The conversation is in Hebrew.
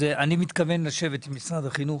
אני מתכוון לשבת עם משרד החינוך,